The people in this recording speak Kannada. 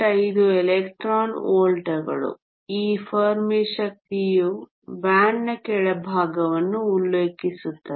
5 ಎಲೆಕ್ಟ್ರಾನ್ ವೋಲ್ಟ್ಗಳು ಈ ಫೆರ್ಮಿ ಶಕ್ತಿಯು ಬ್ಯಾಂಡ್ನ ಕೆಳಭಾಗವನ್ನು ಉಲ್ಲೇಖಿಸುತ್ತದೆ